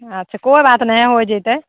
अच्छा कोइ बात नहि होए जैतै